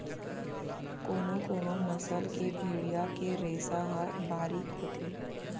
कोनो कोनो नसल के भेड़िया के रेसा ह बारीक होथे